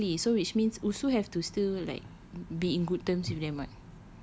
ya exactly so which means ushu have to still like be in good terms with them [what]